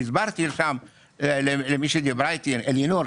הסברתי שם למי שדיברה איתי אלינור,